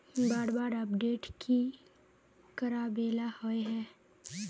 बार बार अपडेट की कराबेला होय है?